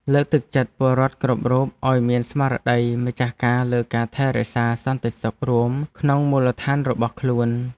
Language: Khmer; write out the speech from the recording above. លើកទឹកចិត្តពលរដ្ឋគ្រប់រូបឱ្យមានស្មារតីម្ចាស់ការលើការថែរក្សាសន្តិសុខរួមក្នុងមូលដ្ឋានរបស់ខ្លួន។